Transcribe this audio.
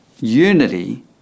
Unity